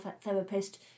therapist